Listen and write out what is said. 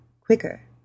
Quicker